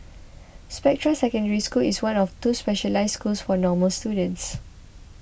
Spectra Secondary School is one of two specialised schools for normal students